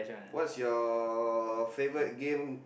what's your favourite game